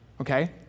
okay